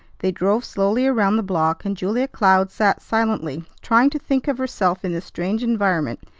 they drove slowly around the block, and julia cloud sat silently, trying to think of herself in this strange environment,